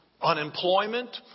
unemployment